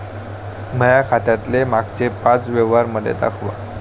माया खात्यातले मागचे पाच व्यवहार मले दाखवा